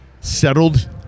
settled